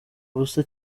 ubusa